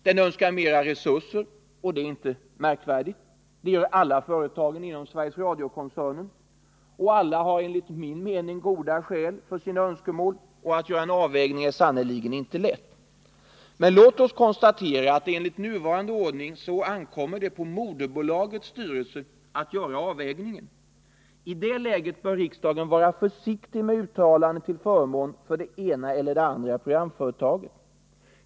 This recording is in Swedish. Den önskar mera resurser, och det är inte märkvärdigt — det gör alla företag inom Sveriges Radio-koncernen. Alla har enligt min mening goda skäl för sina önskemål, och att göra en avvägning är sannerligen inte lätt. Men låt oss konstatera att enligt nuvarande ordning ankommer det på moderbolagets styrelse att göra den erforderliga avvägningen. Mot den bakgrunden bör riksdagen vara försiktig med uttalanden till förmån för det ena eller det andra programföretaget.